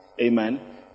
Amen